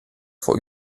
vor